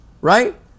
right